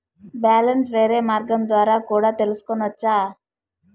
Balance వేరే మార్గం ద్వారా కూడా తెలుసుకొనొచ్చా?